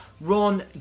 Ron